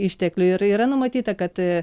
ištekliai ir yra numatyta kad